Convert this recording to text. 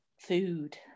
food